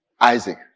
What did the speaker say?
Isaac